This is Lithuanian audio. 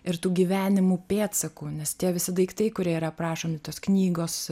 ir tų gyvenimų pėdsakų nes tie visi daiktai kurie yra aprašomi tos knygos